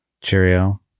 Cheerio